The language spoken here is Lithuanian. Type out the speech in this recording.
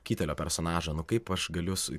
kitelio personažą nu kaip aš galiu su